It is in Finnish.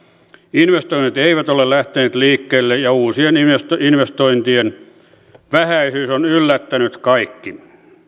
investoinnit eivät ole lähteneet liikkeelle ja uusien investointien vähäisyys on yllättänyt kaikki